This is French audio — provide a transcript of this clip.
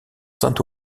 saint